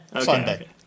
Sunday